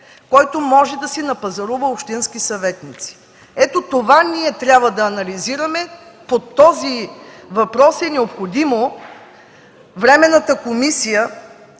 който може да си напазарува общински съветници. Ето това ние трябва да анализираме. По този въпрос е необходимо Временната комисия,